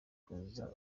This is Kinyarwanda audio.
kuza